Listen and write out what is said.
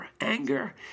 Anger